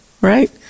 right